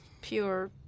pure